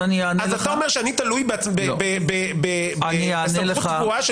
אז אתה אומר שאני תלוי בסמכות טבועה של